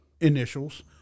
initials